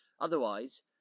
Otherwise